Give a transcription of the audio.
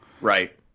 right